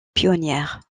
pionnières